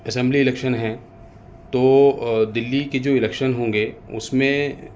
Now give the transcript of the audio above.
assembly election ہیں تو دلی کی جو الیکشن ہوں گے اس میں